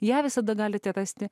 ją visada galite rasti